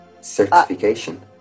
certification